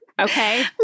Okay